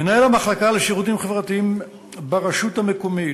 מנהל המחלקה לשירותים חברתיים ברשות המקומית,